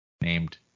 named